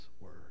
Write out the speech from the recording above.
word